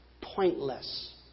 pointless